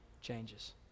changes